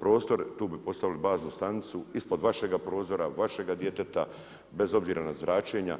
prostor, tu bi postavili baznu stanicu, ispod vašega prozora, vašega djeteta, bez obzira na zračenja.